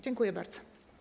Dziękuję bardzo.